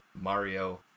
Mario